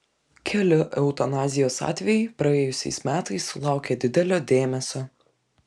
keli eutanazijos atvejai praėjusiais metais sulaukė didelio dėmesio